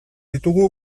ditugu